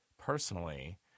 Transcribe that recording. personally